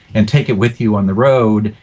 and take it with you on the road.